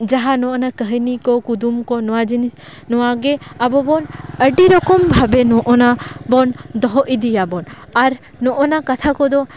ᱡᱟᱦᱟᱸ ᱱᱚᱜᱱᱟ ᱠᱟᱹᱱᱦᱤ ᱠᱚ ᱠᱩᱫᱩᱢ ᱠᱚ ᱱᱚᱶᱟ ᱡᱤᱱᱤᱥ ᱱᱚᱶᱟ ᱜᱮ ᱟᱵᱚᱵᱚᱱ ᱟᱹᱰᱤ ᱨᱚᱠᱚᱢ ᱵᱷᱟᱵᱮ ᱱᱚᱜᱱᱟ ᱵᱚᱱ ᱫᱚᱦᱚ ᱤᱫᱤᱭᱟᱵᱚᱱ ᱟᱨ ᱱᱚᱜᱱᱟ ᱠᱟᱛᱷᱟ ᱠᱚᱫᱚ